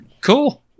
Cool